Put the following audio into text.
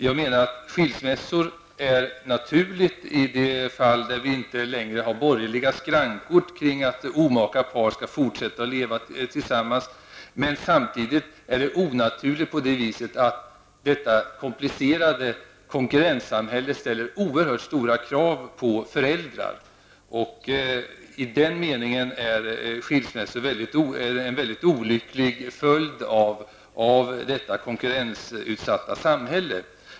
Jag menar att skilsmässor är något naturligt i de fall det inte längre finns borgerliga skrankor kring att omaka par skall fortsätta att leva tillsammans. Men situationen är samtidigt onaturlig eftersom att detta komplicerade konkurrenssamhälle ställer oerhört stora krav på föräldrar. I den meningen är skilsmässor en mycket olycklig följd av detta konkurrensutsatta samhälle.